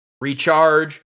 recharge